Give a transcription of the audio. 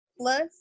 plus